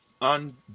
on